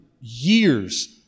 years